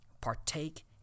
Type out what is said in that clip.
partake